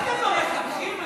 מה אתם פה, מחנכים?